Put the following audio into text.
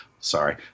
Sorry